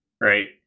Right